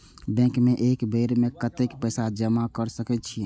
Bank में एक बेर में कतेक पैसा जमा कर सके छीये?